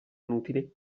inutili